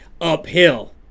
uphill